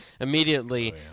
immediately